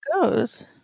goes